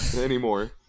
anymore